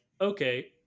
okay